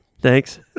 Thanks